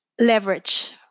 leverage